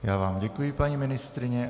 Já vám děkuji, paní ministryně.